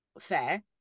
Fair